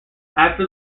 after